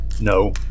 No